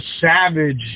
savage